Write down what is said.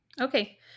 okay